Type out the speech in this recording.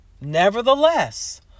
nevertheless